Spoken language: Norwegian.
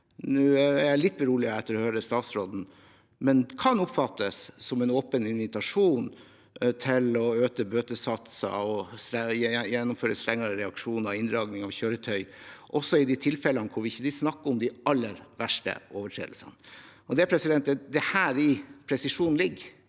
jeg er litt beroliget etter å ha hørt statsråden, mener jeg det kan oppfattes som en åpen invitasjon til å øke bøtesatser og gjennomføre strengere reaksjoner, som inndragning av kjøretøy, også i de tilfellene hvor vi ikke snakker om de aller verste overtredelsene. Det er heri presisjonen ligger: